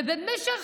במשך